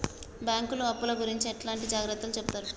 బ్యాంకులు అప్పుల గురించి ఎట్లాంటి జాగ్రత్తలు చెబుతరు?